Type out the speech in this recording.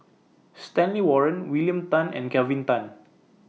Stanley Warren William Tan and Kelvin Tan